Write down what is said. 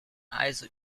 also